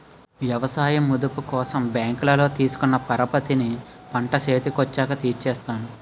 ఎవసాయ మదుపు కోసం బ్యాంకులో తీసుకున్న పరపతిని పంట సేతికొచ్చాక తీర్సేత్తాను